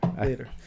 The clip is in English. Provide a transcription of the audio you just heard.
later